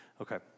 Okay